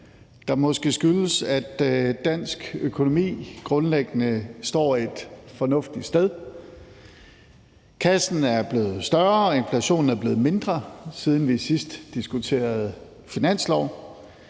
der måske skyldes, at dansk økonomi grundlæggende står et fornuftigt sted. Kassen er blevet større, inflationen er blevet mindre, siden vi sidst diskuterede finanslov.